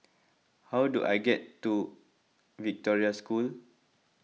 how do I get to Victoria School